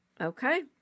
Okay